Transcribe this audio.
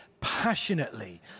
passionately